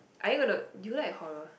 are they going to do you like a coral